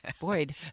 Boyd